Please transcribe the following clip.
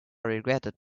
regretted